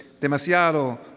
demasiado